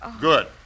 Good